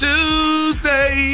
Tuesday